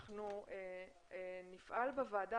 אנחנו נפעל בוועדה,